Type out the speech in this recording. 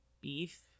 beef